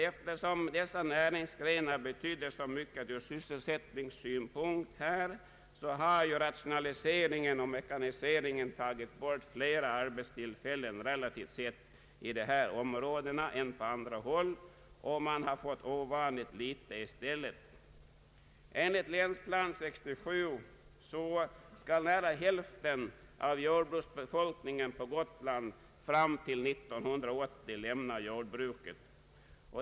Eftersom dessa näringsgrenar betytt så mycket ur sysselsättningssynpunkt, har rationaliseringen och mekaniseringen tagit bort fler relativt sett arbetstillfällen i dessa områden än på andra håll, och man har fått ovanligt litet i stället. Enligt Länsplanering 1967 skall nära hälften av jordbruksbefolkningen på Gotland fram till 1980 lämna jordbruket.